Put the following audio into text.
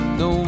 no